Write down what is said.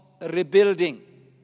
rebuilding